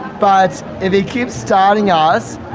but if he keeps starting us,